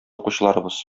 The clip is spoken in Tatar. укучыларыбыз